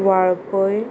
Valpoi